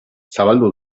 zabaldu